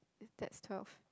that's twelve